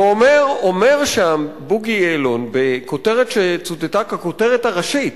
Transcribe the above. אומר שם בוגי יעלון בכותרת שצוטטה ככותרת הראשית,